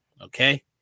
Okay